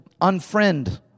unfriend